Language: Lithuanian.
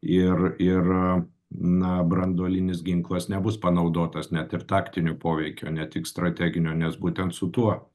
ir ir na branduolinis ginklas nebus panaudotas net ir taktinio poveikio ne tik strateginio nes būtent su tuo